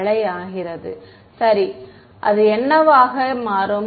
மாணவர் சரி அது என்னவாக மாறும்